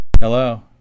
Hello